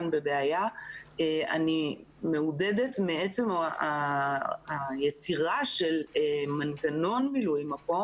אני מעודדת מעצם היצירה של מנגנון מילוי מקום